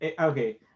okay